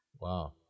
Wow